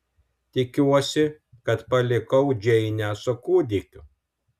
tikiuosi kad palikau džeinę su kūdikiu